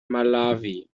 malawi